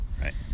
Right